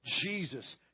Jesus